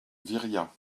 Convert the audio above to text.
viriat